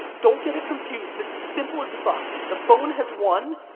don't get it confused. this is simple as fuck. the phone has won.